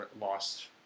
lost